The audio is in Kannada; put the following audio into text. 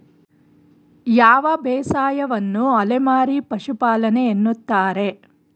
ಯಾವ ಬೇಸಾಯವನ್ನು ಅಲೆಮಾರಿ ಪಶುಪಾಲನೆ ಎನ್ನುತ್ತಾರೆ?